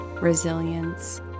resilience